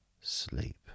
sleep